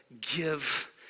give